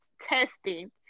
testing